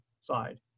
side